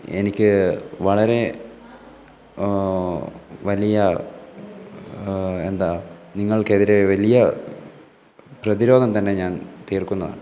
എനിക്ക് വളരെ വലിയ എന്താ നിങ്ങൾക്കെതിരെ വലിയ പ്രതിരോധം തന്നെ ഞാൻ തീർക്കുന്നതാണ്